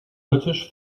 british